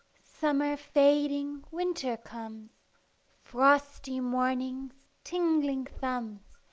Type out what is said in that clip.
summer fading, winter comes frosty mornings, tingling thumbs,